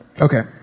Okay